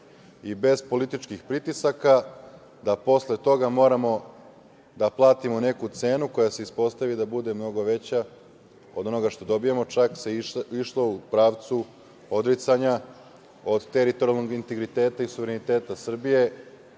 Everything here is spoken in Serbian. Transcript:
i bez političkih pritisaka da posle toga moramo da platimo neku cenu koja se ispostavi da bude mnogo veća od onoga što dobijamo, čak se išlo u pravcu odricanja od teritorijalnog integriteta i suvereniteta Srbije.